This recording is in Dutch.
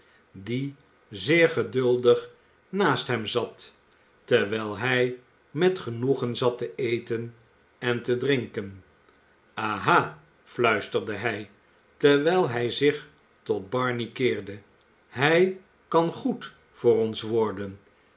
die zeer geduldig naast hem zat terwijl hij met genoegen zat te eten en te drinken aha fluisterde hij terwijl hij zich tot barney keerde hij kan goed voor ons worden